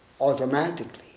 automatically